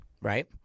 right